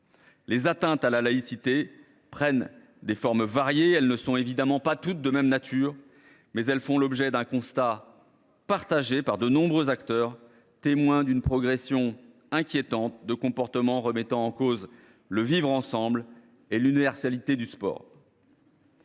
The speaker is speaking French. Les atteintes à la laïcité prennent des formes variées et ne sont évidemment pas toutes de même nature. Cependant, elles font l’objet d’un constat partagé par de nombreux acteurs, témoins de la progression inquiétante de comportements remettant en cause le vivre ensemble et l’universalité du sport.